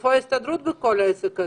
איפה ההסתדרות בכל העסק הזה?